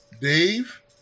Dave